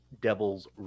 devil's